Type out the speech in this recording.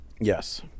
Yes